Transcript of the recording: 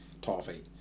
toffee